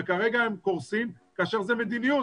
וכרגע הם קורסים כאשר זו מדיניות,